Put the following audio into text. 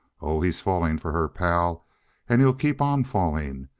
oh, he's falling for her, pal and he'll keep on falling.